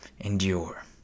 endure